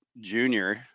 junior